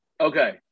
Okay